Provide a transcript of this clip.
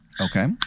Okay